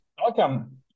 Welcome